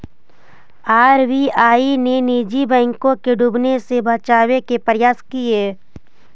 RBI ने निजी बैंकों को डूबने से बचावे के प्रयास किए